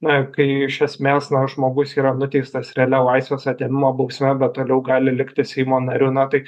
na kai iš esmės na žmogus yra nuteistas realia laisvės atėmimo bausme bet toliau gali likti seimo nariu na tai